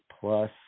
plus